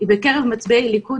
היא בקרב מצביעי ליכוד,